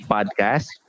Podcast